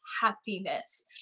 happiness